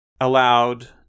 allowed